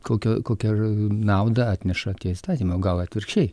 kokią kokią naudą atneša įstatymai gal atvirkščiai